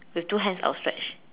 with two hands outstretched